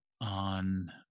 on